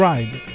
Ride